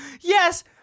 yes